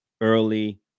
early